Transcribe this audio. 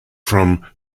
from